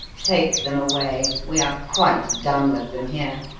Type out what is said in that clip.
take them away we are quite done with them here.